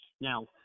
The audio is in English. Now